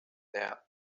their